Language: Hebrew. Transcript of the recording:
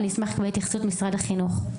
אני אשמח להתייחסות משרד החינוך.